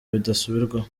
bidasubirwaho